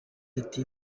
ati